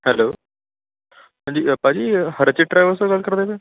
hello ਹਾਂਜੀ ਭਾਅ ਜੀ ਹਰਚੇਤ ਟਰੈਵਲਸ ਤੋਂ ਗੱਲ ਕਰਦੇ ਪਏ